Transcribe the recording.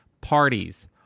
parties